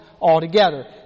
altogether